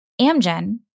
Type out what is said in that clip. Amgen